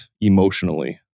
emotionally